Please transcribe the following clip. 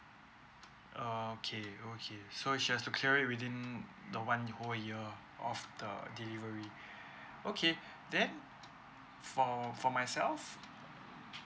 okay okay so she has to clear it within the one whole year of the delivery okay then for for myself